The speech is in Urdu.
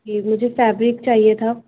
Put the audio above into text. جی مجھے فیبرک چاہیے تھا